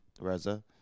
Reza